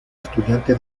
estudiante